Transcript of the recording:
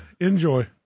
Enjoy